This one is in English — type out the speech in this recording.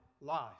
life